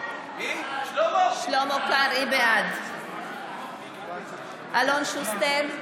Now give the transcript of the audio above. בעד אלון שוסטר,